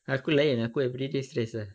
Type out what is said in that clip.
aku lain aku everyday jer stress ah